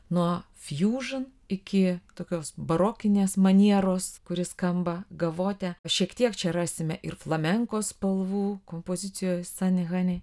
nuo fusion iki tokios barokinės manieros kuri skamba gavote šiek tiek čia rasime ir flamenko spalvų kompozicijoj sunny honey